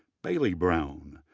bailey brown,